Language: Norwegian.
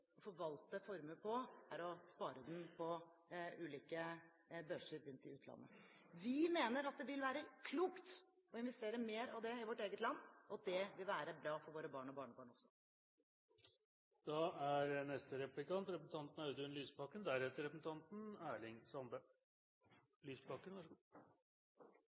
å forvalte formuen på, er å spare den på ulike børser rundt i utlandet. Vi mener at det vil være klokt å investere mer av det i vårt eget land, og det vil være bra for våre barn og barnebarn også. Når vi har diskutert integrering, har representanten Siv Jensen ofte understreket at ekteskap bør være et resultat av kjærlighet, og det er